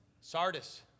Sardis